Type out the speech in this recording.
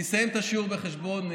אנחנו נכשלנו בהעברת תקציב.